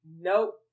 nope